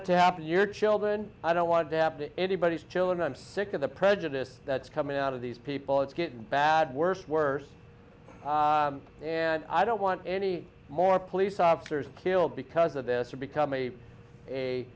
it to happen to your children i don't want to have to anybody's children i'm sick of the prejudice that's coming out of these people it's getting bad worse worse and i don't want any more police officers killed because of this to become a a